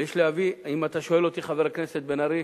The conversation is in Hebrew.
ויש להביא, אם אתה שואל אותי, חבר הכנסת בן-ארי,